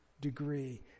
degree